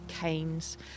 canes